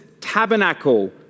tabernacle